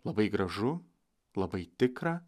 labai gražu labai tikra